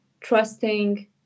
trusting